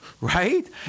right